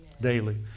daily